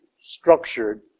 structured